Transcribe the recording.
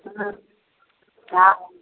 हँ हँ